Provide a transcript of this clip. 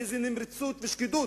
באיזו נמרצות ושקידות,